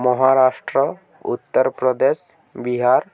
Maharashtra Uttar Pradesh Bihar